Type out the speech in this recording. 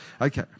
Okay